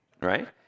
right